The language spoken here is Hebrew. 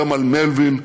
הרמן מלוויל,